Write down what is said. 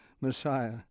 Messiah